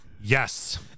Yes